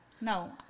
No